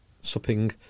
supping